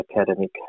academic